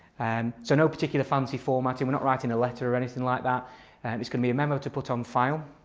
and so no particular fancy formatting, we're not writing a letter or anything like that it's going to be a memo to put on file.